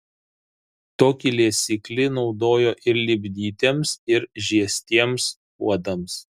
tokį liesiklį naudojo ir lipdytiems ir žiestiems puodams